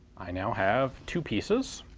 i now have two pieces.